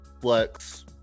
flex